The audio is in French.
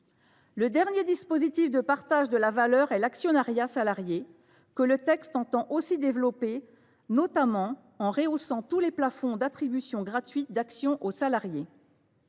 Le dernier dispositif de partage de la valeur est l’actionnariat salarié, que le projet de loi entend aussi développer, notamment en rehaussant l’ensemble des plafonds d’attribution gratuite d’actions aux salariés.